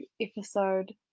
episode